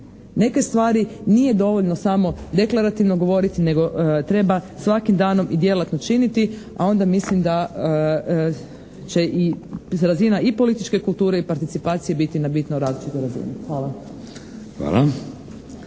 Neke stvari nije dovoljno samo deklarativno govoriti, nego treba svakim danom i djelatno činiti, a onda mislim da će i razina i političke kulture i participacije biti na bitno različitoj razini. Hvala.